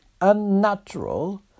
unnatural